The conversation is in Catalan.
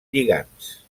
lligands